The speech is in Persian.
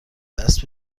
دست